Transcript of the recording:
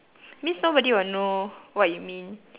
means nobody will know what you mean